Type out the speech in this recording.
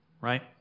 right